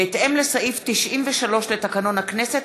בהתאם לסעיף 93 לתקנון הכנסת,